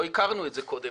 לא הכרנו את זה קודם,